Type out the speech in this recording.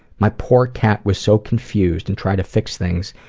my poor cat was so confused, and tried to fix things.